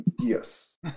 Yes